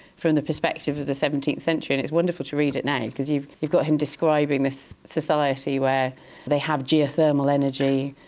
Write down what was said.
from the perspective of the seventeenth century, and it's wonderful to read it now because you've you've got him describing this society where they have geothermal energy,